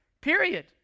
Period